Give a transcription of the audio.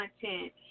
content